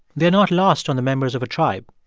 they're not lost on the members of a tribe.